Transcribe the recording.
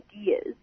ideas